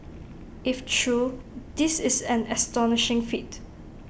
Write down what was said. if true this is an astonishing feat